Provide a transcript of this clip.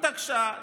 התעקשה,